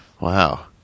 Wow